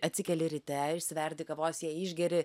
atsikeli ryte išsiverdi kavos ją išgeri